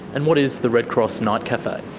and what is the red cross night cafe?